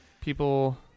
people